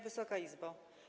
Wysoka Izbo!